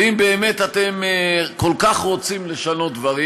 ואם באמת אתם כל כך רוצים לשנות דברים,